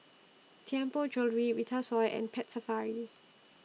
Tianpo Jewellery Vitasoy and Pet Safari